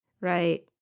Right